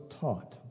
taught